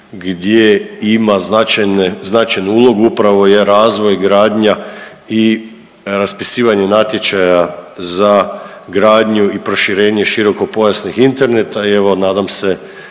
gdje ima značajnu ulogu upravo je razvoj, gradnja i raspisivanje natječaja za gradnju i proširenje širokopojasnih interneta i evo nadam se